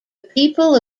people